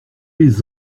les